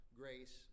grace